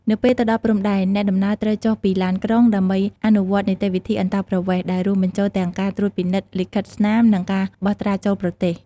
នៅពេលទៅដល់ព្រំដែន អ្នកដំណើរត្រូវចុះពីឡានក្រុងដើម្បីអនុវត្តនីតិវិធីអន្តោប្រវេសន៍ ដែលរួមបញ្ចូលទាំងការត្រួតពិនិត្យលិខិតស្នាមនិងការបោះត្រាចូលប្រទេស។